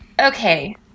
okay